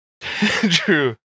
True